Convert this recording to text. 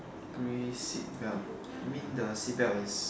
grey seat belt you mean the seat belt is